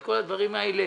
את כל הדברים האלה,